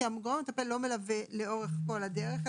כי הגורם המטפל לא מלווה לאורך כל הדרך,